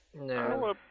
No